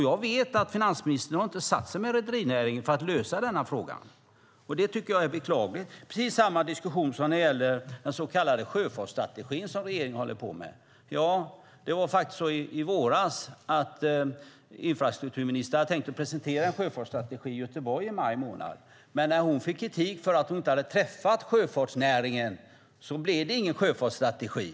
Jag vet att finansministern inte har satt sig ned med rederinäringen för att lösa den här frågan. Det tycker jag är beklagligt. Det var precis samma diskussion när det gäller den så kallade sjöfartsstrategin som regeringen arbetar med. Infrastrukturministern hade tänkt presentera en sjöfartsstrategi i maj i våras i Göteborg. Men när hon fick kritik för att hon inte hade träffat sjöfartsnäringen blev det ingen sjöfartsstrategi.